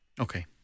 Okay